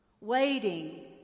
waiting